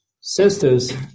sisters